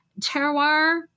terroir